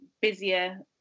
busier